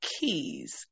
keys